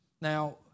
Now